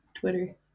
twitter